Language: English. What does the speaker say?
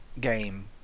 game